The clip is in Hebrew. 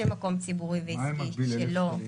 מקום ציבורי ועסקי --- מה היה מקביל ל-1,000 שקלים